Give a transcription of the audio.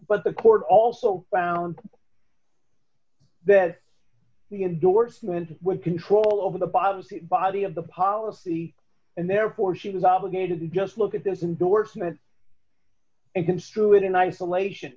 but the court also found that the endorsement would control over the bottom body of the policy and therefore she was obligated to just look at this indorsement and construe it in isolation